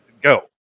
Go